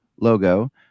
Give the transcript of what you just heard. logo